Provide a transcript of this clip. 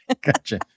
gotcha